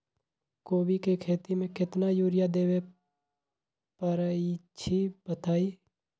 कोबी के खेती मे केतना यूरिया देबे परईछी बताई?